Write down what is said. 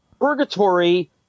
purgatory